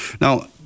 Now